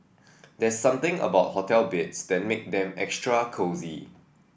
there's something about hotel beds that make them extra cosy